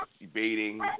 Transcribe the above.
debating